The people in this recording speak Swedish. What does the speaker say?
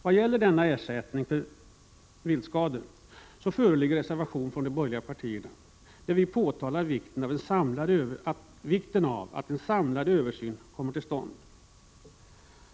Vad gäller ersättningen för viltskador föreligger en reservation från de borgerliga partierna där vi påtalar vikten av att en samlad översyn kommer till stånd.